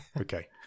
okay